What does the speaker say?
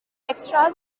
extras